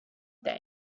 day